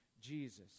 Jesus